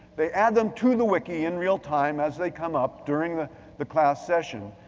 they add them to the wiki in real time as they come up during the the class session.